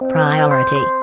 Priority